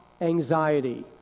anxiety